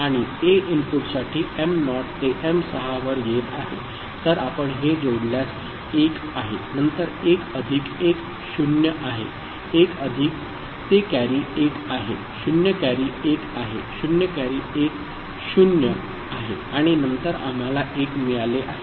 आणि A इनपुटसाठी m not ते m6 वर येत आहे तर आपण हे जोडल्यास 1 आहेनंतर 1 अधिक 1 0 आहे1 अधिक ते कॅरी 1 आहे0 कॅरी 1 आहे0 कॅरी 1 0 आहे आणि नंतर आम्हाला 1 मिळाले आहे